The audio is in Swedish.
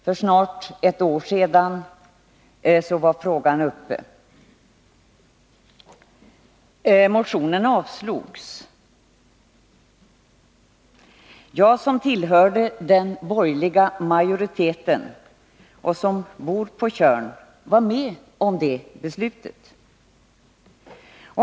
För snart ett år sedan var den uppe, men den motion som väckts avslogs då. Jag, som tillhörde den borgerliga majoriteten och som bor på Tjörn, var med om det beslutet.